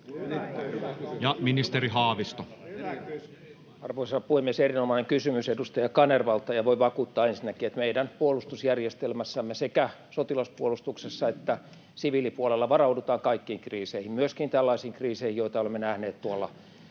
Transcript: Ja ministeri Haavisto. Arvoisa puhemies! Erinomainen kysymys edustaja Kanervalta, ja voin vakuuttaa ensinnäkin, että meidän puolustusjärjestelmässämme, sekä sotilaspuolustuksessa että siviilipuolella, varaudutaan kaikkiin kriiseihin, myöskin tällaisiin kriiseihin, joita olemme nähneet tuolla